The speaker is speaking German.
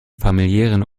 familiären